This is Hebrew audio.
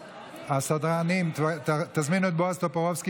הסדרנים, תזמינו את בועז טופורובסקי.